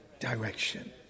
direction